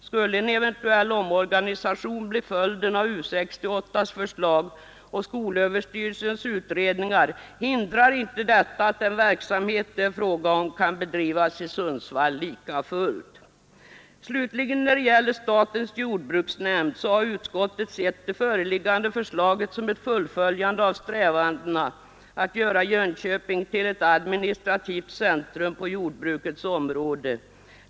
Skulle en eventuell omorganisation bli följden av U 68:s förslag och skolöverstyrelsens utredningar, hindrar inte det att den verksamhet det här är fråga om bedrivs i Sundsvall. När det gäller statens jordbruksnämnd har utskottet slutligen sett det föreliggande förslaget som ett fullföljande av strävandena att göra Jönköping till ett administrativt centrum på jordbrukets område.